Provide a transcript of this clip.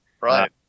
Right